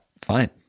Fine